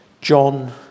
John